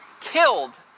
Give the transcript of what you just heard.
killed